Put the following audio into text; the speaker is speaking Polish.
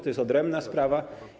To jest odrębna sprawa.